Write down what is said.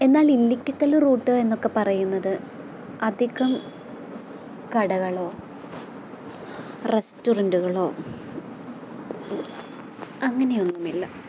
എന്നാൽ ഇല്ലിക്കക്കല്ല് റൂട്ട് എന്നൊക്കെ പറയുന്നത് അധികം കടകളോ റസ്റ്റോറൻറുകളോ അങ്ങനെയൊന്നും ഇല്ല